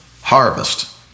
harvest